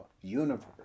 universe